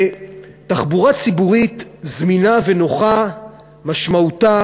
תחבורה ציבורית זמינה ונוחה משמעותה